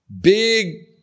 big